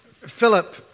Philip